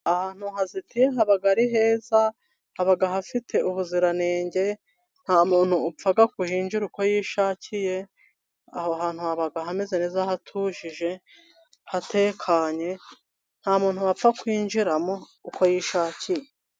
Ahantu hazitiye haba ari heza haba hagafite ubuziranenge, nta muntu upfa kuhinjira uko yishakiye, aho hantu haba hameze neza, hatuje hatekanye nta muntu wapfa kwinjiramo uko yishakiye.